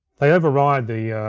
they override the